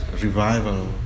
revival